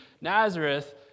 Nazareth